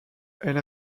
elle